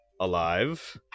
alive